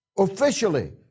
officially